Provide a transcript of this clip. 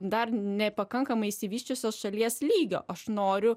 dar nepakankamai išsivysčiusios šalies lygio aš noriu